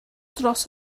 dros